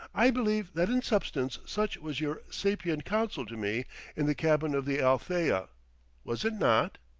i believe that in substance such was your sapient counsel to me in the cabin of the alethea was it not.